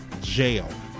jail